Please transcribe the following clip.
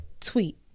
tweet